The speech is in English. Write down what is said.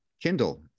Kindle